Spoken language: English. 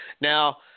Now –